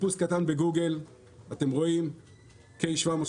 חיפוש קטן בגוגל ואתם רואים 70030026K,